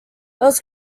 was